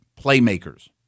playmakers